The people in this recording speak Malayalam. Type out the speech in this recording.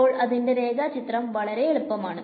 ഇപ്പോൾ ഇതിന്റെ രേഖാചിത്രം വളരെ എളുപ്പമാണ്